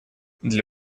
для